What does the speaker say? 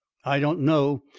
i don't know.